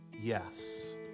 Yes